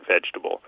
vegetable